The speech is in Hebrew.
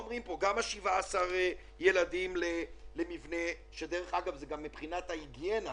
יודעים איפה הם יהיו מחר כי הם עוברים